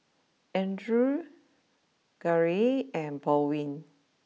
Andrew Garey and Baldwin